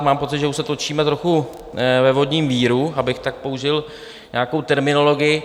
Mám pocit, že už se točíme trochu ve vodním víru, abych tak použil nějakou terminologii.